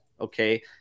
Okay